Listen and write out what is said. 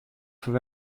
foar